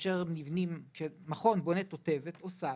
כאשר מכון בונה תותבת או סד,